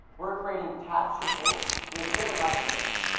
we're creating tattoo inks with different lifespans.